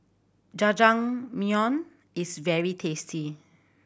jajangmyeon is very tasty